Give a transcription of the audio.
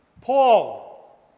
Paul